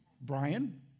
Brian